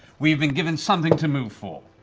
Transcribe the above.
we have been given something to move for.